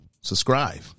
Subscribe